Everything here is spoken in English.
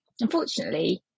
Unfortunately